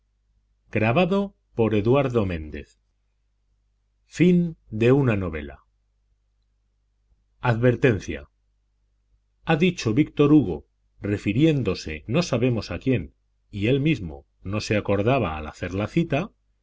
advertencia ha dicho víctor hugo refiriéndose no sabemos a quién y él mismo no se acordaba al hacer la cita